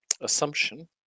assumption